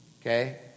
okay